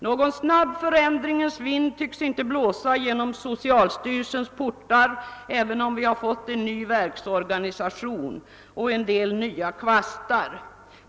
Någon snabb förändringens vind tycks inte blåsa genom socialstyrelsens portar, även om vi har fått en ny verksorganisation och en del nya kvastar.